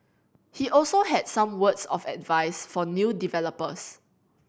he also had some words of advice for new developers